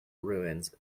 ruins